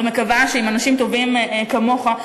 ומקווה שעם אנשים טובים כמוך,